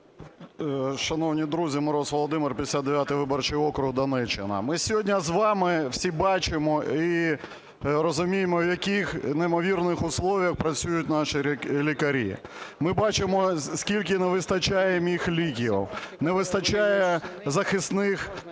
В.В. Шановні друзі, Мороз Володимир, 59 виборчий округ, Донеччина. Ми сьогодні з вами всі бачимо і розуміємо в яких неймовірних условиях працюють наші лікарі. Ми бачимо скільки не вистачає ліків, не вистачає захисних халатів,